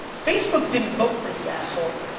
facebook didn't vote for you, asshole.